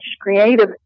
Creative